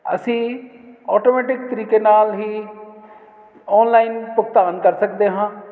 ਅਸੀਂ ਆਟੋਮੈਟਿਕ ਤਰੀਕੇ ਨਾਲ ਹੀ ਆਨਲਾਈਨ ਭੁਗਤਾਨ ਕਰ ਸਕਦੇ ਹਾਂ